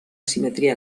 simetria